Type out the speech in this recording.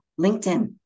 LinkedIn